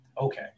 Okay